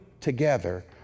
together